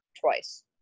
twice